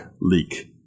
leak